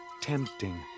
tempting